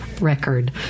record